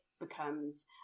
Becomes